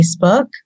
Facebook